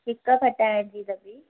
हिकु खटाइण जी दॿी